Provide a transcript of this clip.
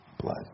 blood